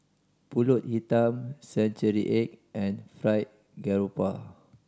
Pulut Hitam century egg and Fried Garoupa